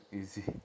easy